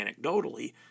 anecdotally